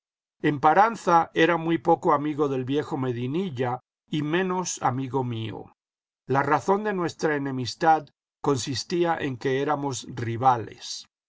mancha emparanza era muy poco amigo del viejo medinilla y menos amigo mío la razón de nuestra enemistad consistía en que éramos rivales